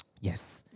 Yes